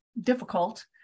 difficult